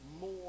more